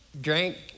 drank